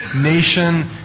nation